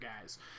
guys